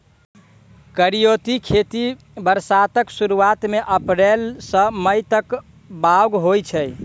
करियौती खेती बरसातक सुरुआत मे अप्रैल सँ मई तक बाउग होइ छै